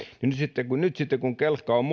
niin nyt sitten kun kelkka on